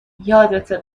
یادته